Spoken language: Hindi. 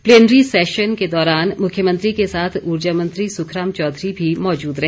प्लेनरी सैशन के दौरान मुख्यमंत्री के साथ उर्जा मंत्री सुखराम चौधरी भी मौजूद रहे